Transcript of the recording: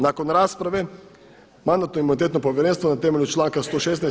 Nakon rasprave Mandatno-imunitetno povjerenstvo na temelju članka 116.